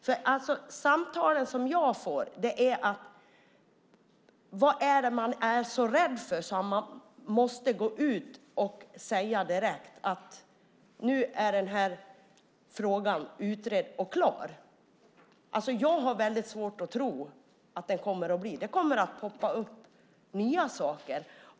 De samtal som jag får handlar om vad det är man är så rädd för eftersom man måste gå ut direkt och säga att den här frågan nu är utredd och klar. Jag tror att det kommer att poppa upp nya saker.